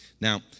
Now